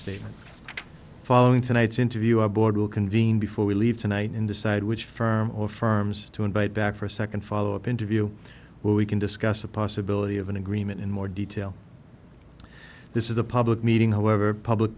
statement following tonight's interview a board will convene before we leave tonight in decide which firm or firms to invite back for a second follow up interview where we can discuss the possibility of an agreement in more detail this is a public meeting however public